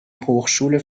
hochschule